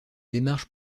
démarche